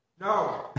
No